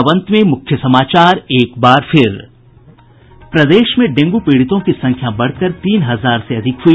और अब अंत में मुख्य समाचार प्रदेश में डेंगू पीड़ितों की संख्या बढ़कर तीन हजार से अधिक हुई